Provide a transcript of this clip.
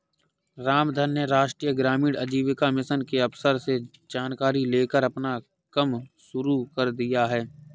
रामधन ने राष्ट्रीय ग्रामीण आजीविका मिशन के अफसर से जानकारी लेकर अपना कम शुरू कर दिया है